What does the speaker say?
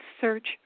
search